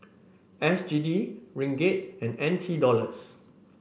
S G D Ringgit and N T Dollars